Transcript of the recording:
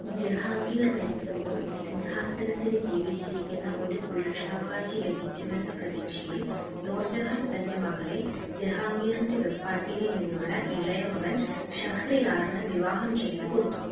ജഹാംഗീർ മരിക്കുമ്പോൾ സിംഹാസനത്തിന് ജീവിച്ചിരിക്കുന്ന ഒരു പുരുഷാവകാശി ലഭിക്കുമെന്ന പ്രതീക്ഷയിൽ നൂർജഹാൻ തൻ്റെ മകളെ ജഹാംഗീറിൻ്റെ വെപ്പാട്ടിയിൽ നിന്നുള്ള ഇളയ മകൻ ഷഹ്രിയാറിന് വിവാഹം ചെയ്തുകൊടുത്തു